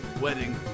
wedding